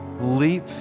leap